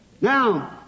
now